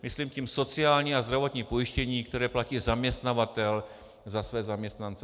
Myslím tím sociální a zdravotní pojištění, které platí zaměstnavatel za své zaměstnance.